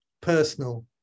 personal